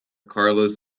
carlos